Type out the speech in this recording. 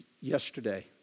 yesterday